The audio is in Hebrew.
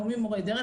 לא ממורי דרך,